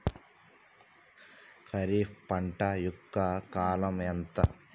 ఖరీఫ్ పంట యొక్క కాలం ఎంత?